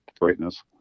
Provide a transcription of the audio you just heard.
greatness